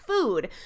food